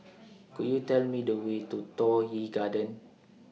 Could YOU Tell Me The Way to Toh Yi Garden